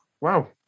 Wow